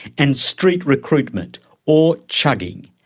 and street recruitment or chugging.